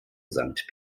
sankt